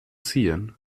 ziehen